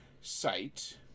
site